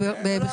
ארגונים,